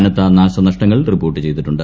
കനത്ത നാശനഷ്ടങ്ങൾ റിപ്പോർട്ട് ചെയ്തിട്ടുണ്ട്